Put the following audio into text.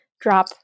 drop